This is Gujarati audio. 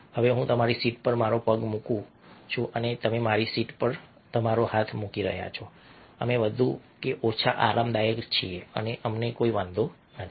હવે હું તમારી સીટ પર મારો પગ મૂકું છું અને તમે મારી સીટ પર તમારો હાથ મૂકી રહ્યા છો અમે વધુ કે ઓછા આરામદાયક છીએ અને અમને કોઈ વાંધો નથી